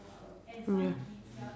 mm